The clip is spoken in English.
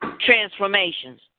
transformations